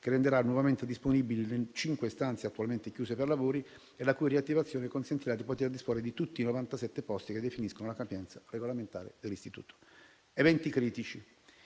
che renderà nuovamente disponibili le cinque stanze attualmente chiuse per lavori, la cui riattivazione consentirà di poter disporre di tutti i 97 posti che definiscono la capienza regolamentare dell'istituto. Passando agli